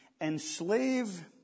enslave